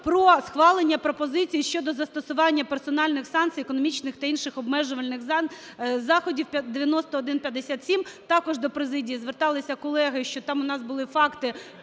про схвалення пропозиції щодо застосування персональних санкцій, економічних та інших обмежувальних заходів (9157). Також до президії зверталися колеги, що там у нас були факти